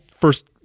first